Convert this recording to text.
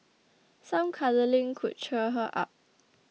some cuddling could cheer her up